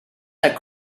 that